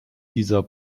dieser